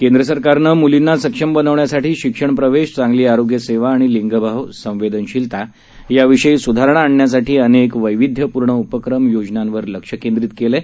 केंद्रसरकारनंमुलींनासक्षमबन वण्यासाठीशिक्षणप्रवेश चांगलीआरोग्यसेवाआणिलिंगभावसंवेदनशीलतायाविषयीसुधारणाआणण्यासाठीअनेकवैविध्यपूर्णउपक्रम योजनांवरलक्षकेंद्रितकेलंआहे